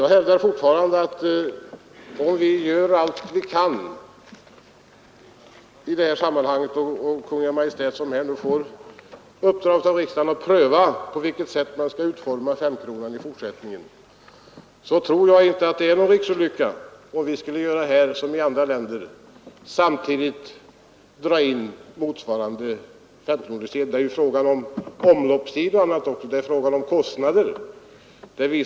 Jag hävdar alltjämt, att om vi gör vad vi kan i sammanhanget och Kungl. Maj:t får i uppdrag av riksdagen att pröva på vilket sätt femkronan skall utformas i fortsättningen, så vållar vi ingen riksolycka om vi förfar som man gjort i andra länder, alltså samtidigt drar in femkronesedeln. Där kommer också omloppstiden in i bilden och de kostnader som sammanhänger med den.